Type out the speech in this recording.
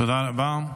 תודה רבה.